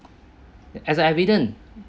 as a evidence